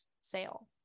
sale